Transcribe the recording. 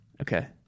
Okay